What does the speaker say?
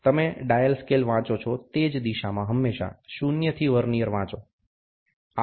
તમે dial scale વાંચો છો તે જ દિશામાં હંમેશા શૂન્યથી વર્નિઅર વાંચો